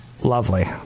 Lovely